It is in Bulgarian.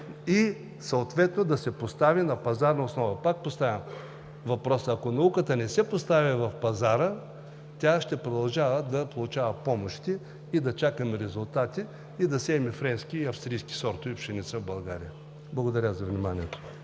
и съответно да се постави на пазарна основа. Пак поставям въпроса – ако науката не се постави в пазара, тя ще продължава да получава помощи, да чакаме резултати и сеем френски и австрийски сортове пшеница в България. Благодаря за вниманието.